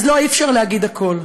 אז לא, אי-אפשר להגיד הכול.